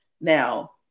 now